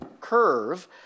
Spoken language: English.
curve